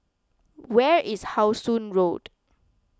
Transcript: where is How Sun Road